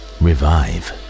revive